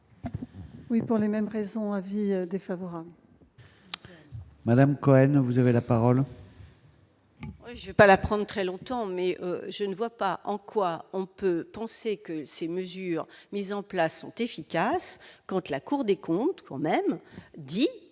Oui, pour les mêmes raisons avis défavorable. Madame Cohen, vous avez la parole. J'ai pas la prendre très longtemps, mais je ne vois pas en quoi, on peut penser que ces mesures mises en place sont efficaces. Donc, la Cour des comptes quand même dit